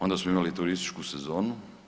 Onda smo imali turističku sezonu.